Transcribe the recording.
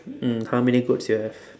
mm how many goats you have